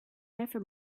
never